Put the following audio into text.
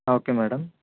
okay madam